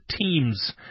teams